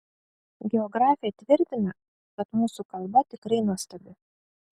geografė tvirtina kad mūsų kalba tikrai nuostabi